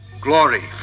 Glory